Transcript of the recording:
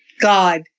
god.